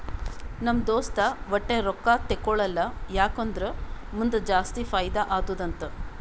ನಮ್ ದೋಸ್ತ ವಟ್ಟೆ ರೊಕ್ಕಾ ತೇಕೊಳಲ್ಲ ಯಾಕ್ ಅಂದುರ್ ಮುಂದ್ ಜಾಸ್ತಿ ಫೈದಾ ಆತ್ತುದ ಅಂತಾನ್